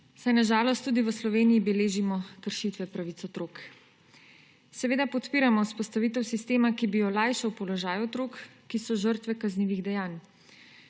saj na žalost tudi v Sloveniji beležimo kršitve pravic otrok. Seveda podpiramo vzpostavitev sistema, ki bi olajšal položaj otrok, ki so žrtve kaznivih dejanj.